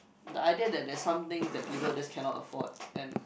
the idea that that somethings that people just cannot afford and